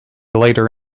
later